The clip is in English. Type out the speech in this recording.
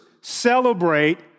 celebrate